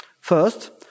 First